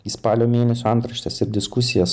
į spalio mėnesio antraštes ir diskusijas